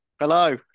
Hello